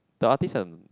the artist um